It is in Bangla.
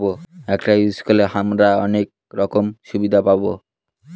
এটা ইউজ করে হামরা অনেক রকম সুবিধা পাবো